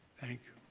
thank